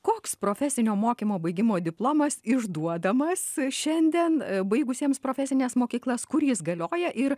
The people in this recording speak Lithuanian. koks profesinio mokymo baigimo diplomas išduodamas šiandien baigusiems profesines mokyklas kur jis galioja ir